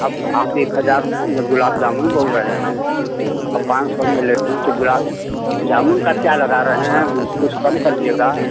अब आप एक हजार में गुलाब जामुन बोल रहे हैं और पाँच सौ में लड्डू तो गुलाब जामुन का क्या लगा रहे हैं कुछ कम करिएगा